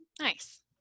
Nice